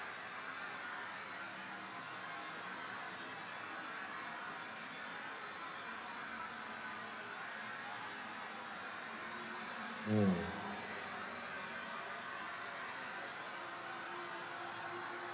mm